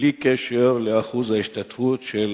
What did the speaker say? בלי קשר לאחוז ההשתתפות של